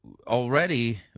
already